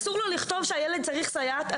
אבל אסור לו לכתוב שהילד צריך סייעת.